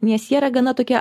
nes yra gana tokie